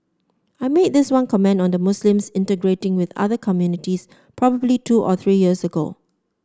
I made this one comment on the Muslims integrating with other communities probably two or three years ago